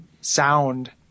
sound